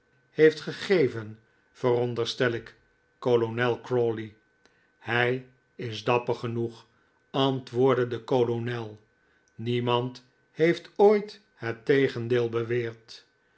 heeft gegeven veronderstel ik kolonel crawley hij is dapper genoeg antwoordde de kolonel niemand heeft ooit het tegendeel beweerd